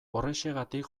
horrexegatik